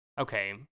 Okay